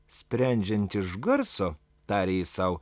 sprendžiant iš garso tarė jis sau